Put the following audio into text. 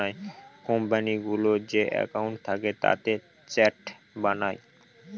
কোম্পানিগুলোর যে একাউন্ট থাকে তাতে চার্ট বানায়